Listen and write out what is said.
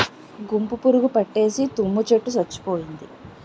గుంపు పురుగు పట్టేసి తుమ్మ చెట్టు సచ్చిపోయింది